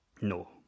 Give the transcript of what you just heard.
No